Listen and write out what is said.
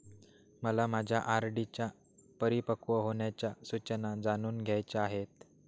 मला माझ्या आर.डी च्या परिपक्व होण्याच्या सूचना जाणून घ्यायच्या आहेत